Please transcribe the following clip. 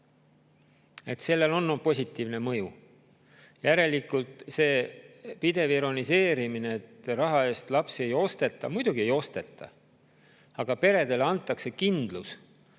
sellel on olnud positiivne mõju. Järelikult see pidev ironiseerimine, et raha eest lapsi ei osteta … Muidugi ei osteta, aga peredele antakse laste